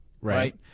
right